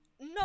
no